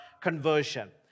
conversion